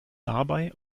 dabei